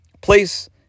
place